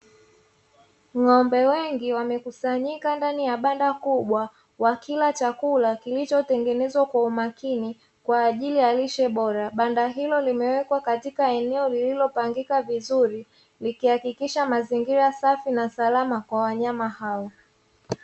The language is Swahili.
Ng'ombe wengi wamekusanyika ndani ya banda kubwa, wakila chakula kilichotengenezwa kwa umakini, kwa ajili ya lishe bora. Banda hilo limewekwa katika eneo lililopangika vizuri, likihakikisha mazingira safi na salama kwa wanyama hao.